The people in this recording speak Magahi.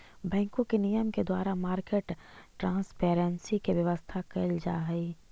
बैंकों के नियम के द्वारा मार्केट ट्रांसपेरेंसी के व्यवस्था कैल जा हइ